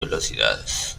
velocidades